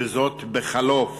וזאת בחלוף